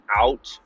out